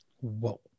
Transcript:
Whoa